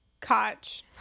Koch